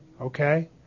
okay